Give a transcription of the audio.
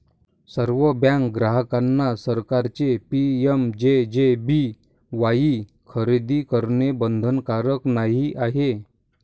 सर्व बँक ग्राहकांना सरकारचे पी.एम.जे.जे.बी.वाई खरेदी करणे बंधनकारक नाही आहे